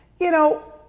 you know,